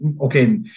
okay